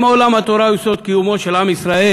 אם עולם התורה הוא יסוד קיומו של עם ישראל,